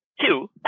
Two